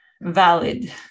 valid